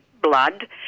blood